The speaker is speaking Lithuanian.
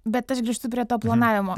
bet aš grįžtu prie to planavimo